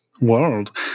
World